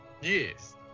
Yes